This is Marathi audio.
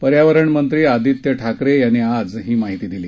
पर्यावरणमंत्री आदित्य ठाकरे यांनी आज ही माहिती दिली